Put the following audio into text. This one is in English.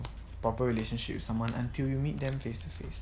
proper relationship with someone until you meet them face to face